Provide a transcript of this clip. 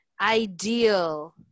ideal